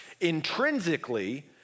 intrinsically